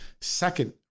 Second